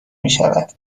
میشود